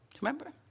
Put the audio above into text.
Remember